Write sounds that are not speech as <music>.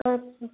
<unintelligible>